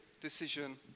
decision